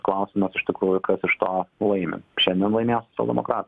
klausimas iš tikrųjų kas iš to laimi šiandien laimėjo socialdemokratai